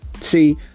See